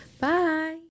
Bye